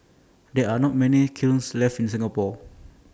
there are not many kilns left in Singapore